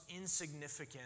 insignificant